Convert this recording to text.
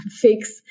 fix